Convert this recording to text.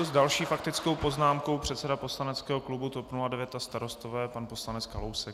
S další faktickou poznámkou předseda poslaneckého klubu TOP 09 a Starostové, pan poslanec Kalousek.